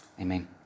amen